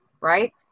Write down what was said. right